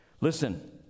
Listen